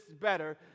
better